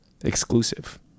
exclusive